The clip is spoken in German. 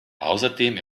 außerdem